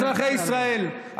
אזרחי ישראל,